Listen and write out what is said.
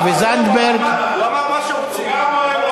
מה שרוצים.